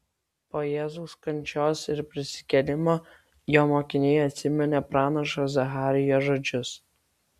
po jėzaus kančios ir prisikėlimo jo mokiniai atsiminė pranašo zacharijo žodžius